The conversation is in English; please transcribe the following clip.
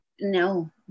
no